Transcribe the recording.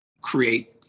create